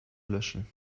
löschen